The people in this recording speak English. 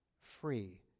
free